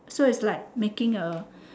so it's like making a